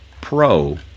pro